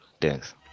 Thanks